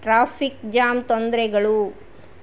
traffic jam ತೊಂದರೆಗಳು